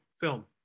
film